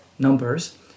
numbers